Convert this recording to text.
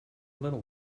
little